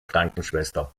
krankenschwester